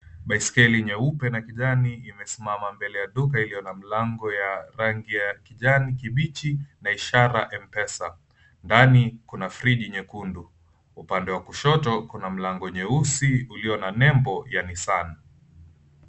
Baiskeli nyeupe na kijani imesimama mbele ya duka iliyo na mlango ya rangi ya kijani kibichi na ishara Mpesa, ndani kuna friji nyekundu upande wa kushoto kuna mlango nyeusi uliyo na nembo ya Nissan.